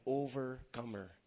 overcomer